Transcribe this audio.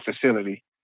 facility